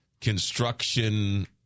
construction